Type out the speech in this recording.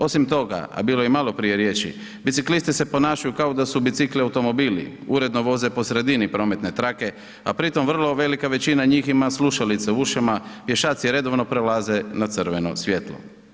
Osim toga, a bilo je i malo prije riječi, biciklisti se ponašaju kao da su bicikli automobili, uredno voze po sredini prometne trake a pritom vrlo velika većina njih ima slušalice u ušima, pješaci redovito prelaze na crveno svjetlo.